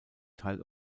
teil